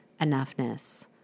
enoughness